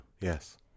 Yes